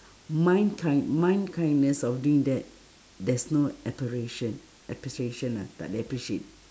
mine kind~ mine kindness of doing that there's no appreciation lah takde appreciate